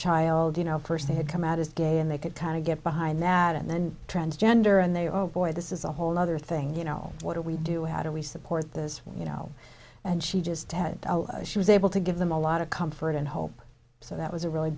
child you know personally had come out as gay and they could kind of get behind that and then transgender and they o'boy this is a whole other thing you know what do we do how do we support this you know and she just had she was able to give them a lot of comfort and hope so that was a really